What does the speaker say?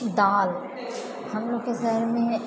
दालिमे